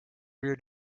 reared